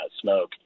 smoke